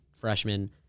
freshman